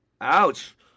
ouch